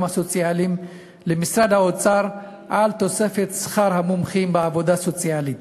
הסוציאליים למשרד האוצר על תוספת שכר למומחים בעבודה סוציאלית,